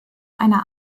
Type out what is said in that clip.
einer